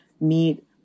meet